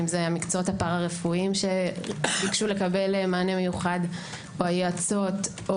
אם זה המקצועות הפארא רפואיים שביקשו לקבל מענה מיוחד או היועצות.